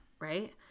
right